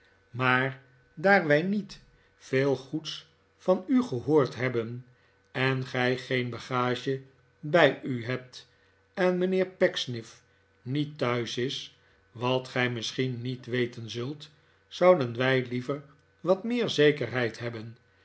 maar daar wij niet veel goeds van u gehoord hebben en gij geen bagage bij u hebt en mijnheer pecksniff niet thuis is wat gij misschien niet weten zult zouden wij liever wat meer zekerheid hebben